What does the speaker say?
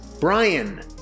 Brian